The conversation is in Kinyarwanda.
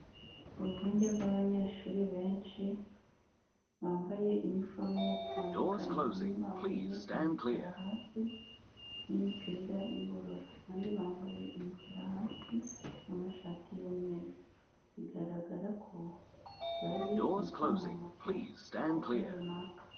Uruvunge rw'abanyeshuri benshi, bambaye uniforme zitandukanye, bamwe bambaye umukara hasi n'imipira y'ubururu, abandi bambaye umukara hasi n'amashati y'umweru, bigaragara ko bari mu kwamamaza igikorwa runaka.